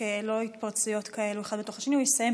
לא על להפוך את אותם בעלי פעוטונים לעבריינים